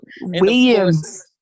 Williams